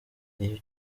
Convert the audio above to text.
iyo